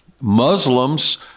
Muslims